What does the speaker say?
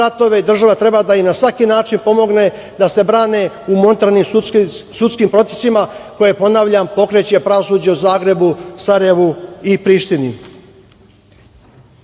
država treba da ih na svaki način pomogne da se brane u montiranim sudskim procesima koje, ponavljam, pokreće pravosuđe u Zagrebu, Sarajevu i Prištini. Važno